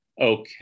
Okay